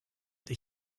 that